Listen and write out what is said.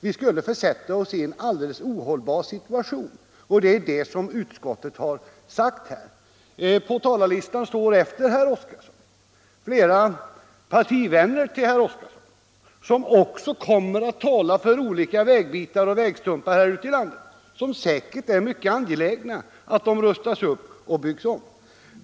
Vi skulle då försätta oss i en alldeles ohållbar situation, och det är det som utskottet har sagt. På talarlistan står efter herr Oskarson ett par partivänner till honom, vilka också kommer att tala för olika vägstumpar ute i landet, där det säkerligen är mycket angeläget med en upprustning och en ombyggnad.